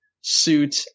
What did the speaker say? suit